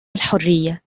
الحرية